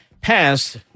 passed